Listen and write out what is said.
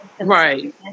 Right